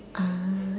ah